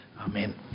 Amen